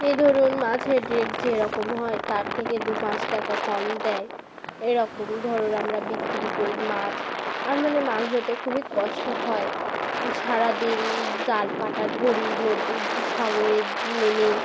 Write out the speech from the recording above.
এই ধরুন মাছের রেট যেরকম হয় তার থেকে দু পাঁচ টাকা কম দেয় এরকম ধরুন আমরা বিক্রি করি মাছ আর মানে মাছ ধরতে খুবই কষ্ট হয় সারা দিন জাল পাটা ধরি নদী সাগরে নেমে